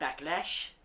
backlash